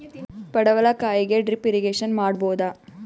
ಪಡವಲಕಾಯಿಗೆ drip irrigation ಮಾಡಬೋದ?